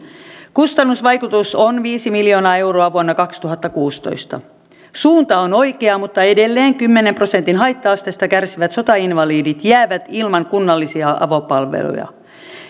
kustannusvaikutus on viisi miljoonaa euroa vuonna kaksituhattakuusitoista suunta on oikea mutta edelleen kymmenen prosentin haitta asteesta kärsivät sotainvalidit jäävät ilman kunnallisia avopalveluja